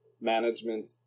management